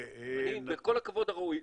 בכל הכבוד הראוי,